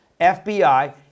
FBI